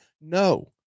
No